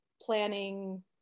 planning